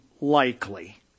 likely